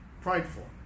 Prideful